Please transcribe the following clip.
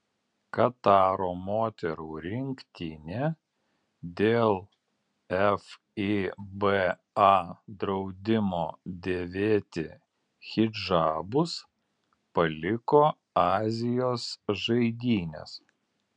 kataro moterų rinktinė dėl fiba draudimo dėvėti hidžabus paliko azijos žaidynes